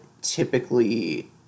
typically